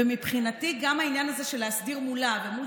ומבחינתי גם העניין הזה של להסדיר מולה ומול